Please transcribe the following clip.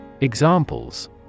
Examples